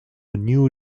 new